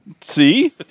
See